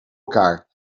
elkaar